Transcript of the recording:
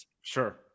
sure